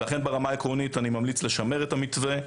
לכן ברמה העקרונית אני ממליץ לשמר את המתווה,